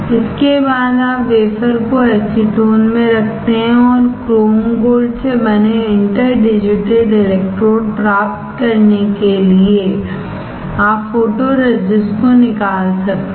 इसके बाद आप वेफरको एसीटोन में रखते हैं और क्रोम गोल्ड से बने इंटर डिजिटेड इलेक्ट्रोड प्राप्त करने के लिए आप फोटोरेजिस्ट को निकाल सकते हैं